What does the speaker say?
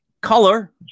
color